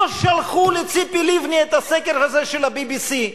לא שלחו לציפי לבני את הסקר הזה של ה-BBC.